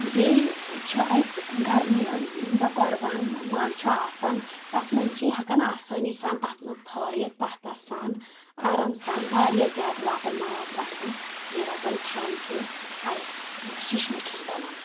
بییٚہِ چھُ اسہِ گرمہِ ییٚمہِ دۄہ قۄربان ماز چھُ آسان تتھ منٛز چھِ ہیٚکان آسٲنی سان تتھ منٛز تھٲیتھ تہہ تہہ سان آرام سان واریاہ زیادٕ واتان ماز تتھ منٛز بییٚہِ روزان ٹھنٛڈ تہِ آیِس ششمہٕ چھُس بنان